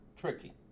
tricky